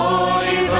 Holy